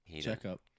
checkup